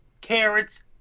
carrots